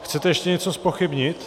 Chcete ještě něco zpochybnit?